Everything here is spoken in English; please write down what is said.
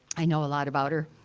i know a lot about her.